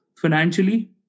financially